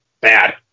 bad